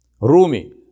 Rumi